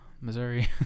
Missouri